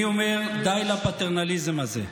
אני אומר, די לפטרנליזם הזה.